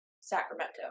Sacramento